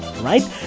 right